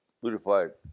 purified